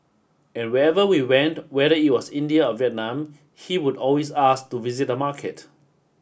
and wherever we went whether it was India or Vietnam he would always ask to visit a market